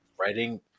writing